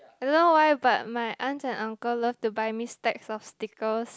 I don't know why but my aunt and uncle love to buy me stack of stickers